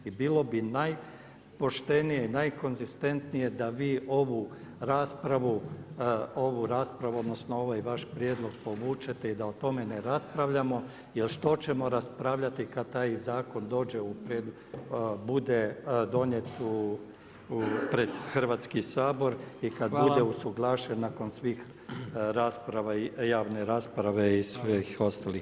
I bilo bi najpoštenije i najkonzistentnije da vi ovu raspravu odnosno ovaj vaš prijedlog povučete i da o tome ne raspravljamo, jer što ćemo raspravljati kad taj zakon dođe, bude donijet pred Hrvatski sabor [[Upadica predsjednik: Hvala.]] i bude usuglašen nakon svih rasprava, javne rasprave i svih ostalih.